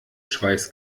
schweiß